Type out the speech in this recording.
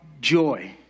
joy